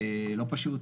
לא פשוט,